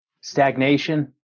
Stagnation